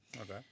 Okay